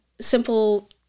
simple